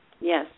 Yes